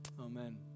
Amen